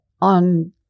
on